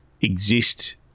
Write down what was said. exist